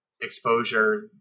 exposure